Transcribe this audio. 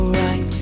right